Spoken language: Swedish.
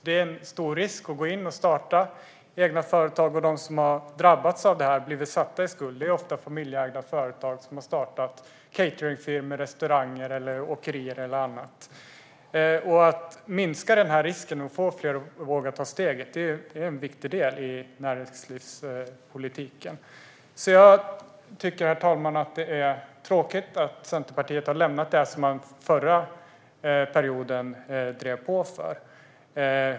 Det innebär en stor risk att starta egna företag, och de som har drabbats av detta och blivit satta i skuld är ofta familjeägda företag. Det är cateringfirmor, restauranger, åkerier eller annat. Att minska risken och få fler att våga ta steget är en viktig del i näringslivspolitiken. Jag tycker att det är tråkigt att Centerpartiet har lämnat det som man drev på för under förra perioden, herr talman.